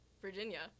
Virginia